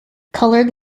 colored